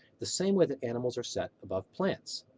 the same way that animals are set above plants.